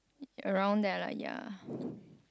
around there lah ya